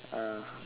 ah